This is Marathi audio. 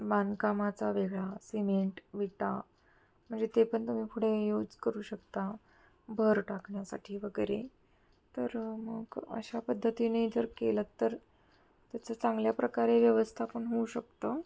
बांधकामाचा वेगळा सिमेंट विटा म्हणजे ते पण तुम्ही पुढे यूज करू शकता भर टाकण्यासाठी वगैरे तर मग अशा पद्धतीने जर केलंंत तर त्याचा चांगल्या प्रकारे व्यवस्थापन होऊ शकतं